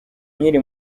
nkiri